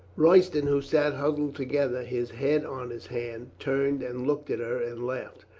royston, who sat huddled together, his head on his hand, turned and looked at her and laughed.